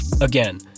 Again